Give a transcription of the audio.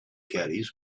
caddies